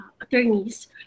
attorneys